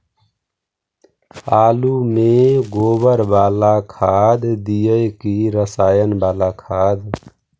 आलु में गोबर बाला खाद दियै कि रसायन बाला खाद?